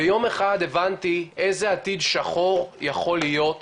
ביום אחד הבנתי איזה עתיד שחור יכול להיות